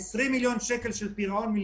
על 20 מיליון שקל של פירעון מלוות,